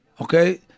Okay